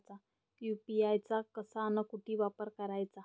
UPI चा कसा अन कुटी वापर कराचा?